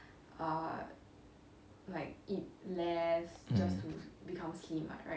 mm